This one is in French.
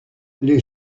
les